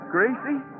Gracie